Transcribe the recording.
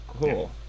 Cool